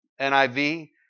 NIV